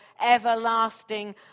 everlasting